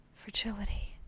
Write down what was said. fragility